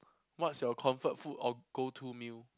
what's your comfort food or go to meal